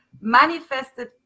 manifested